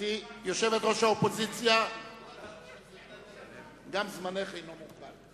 גברתי יושבת-ראש האופוזיציה, גם זמנך אינו מוגבל.